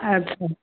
ଆଚ୍ଛା